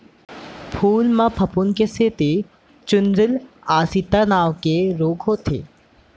फूल म फफूंद के सेती चूर्निल आसिता नांव के रोग होथे